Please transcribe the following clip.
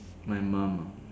my mum ah